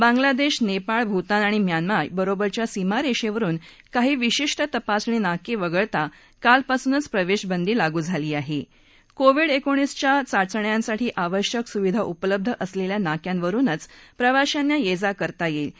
बांगलादधी नप्राळ भूतान आणि म्यानमा बरोबरच्या सीमारक्रिकेन काही विशिष्ट तपासणी नार्क विगळता कालपासूनच प्रवध्धकेंदी लागू झाली आहा क्रोविड एकोणीसच्या चाचण्यांसाठी आवश्यक सुविधा उपलब्ध असलखिा नाक्यांवरुनच प्रवाश्यांना यज्जा करता यईमि